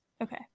Okay